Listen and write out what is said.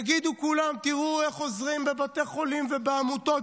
יגידו כולם: תראו איך עוזרים בבתי חולים ובעמותות.